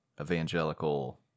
evangelical